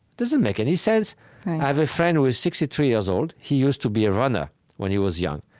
doesn't make any sense i have a friend who is sixty three years old. he used to be a runner when he was young.